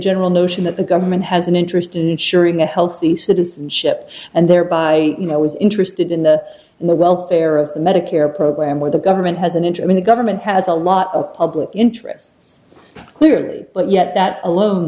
general notion that the government has an interest in ensuring a healthy citizenship and thereby you know i was interested in the in the welfare of the medicare program where the government has an interim the government has a lot of public interest clearly but yet that alone